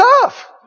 tough